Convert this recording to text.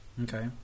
Okay